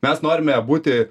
mes norime būti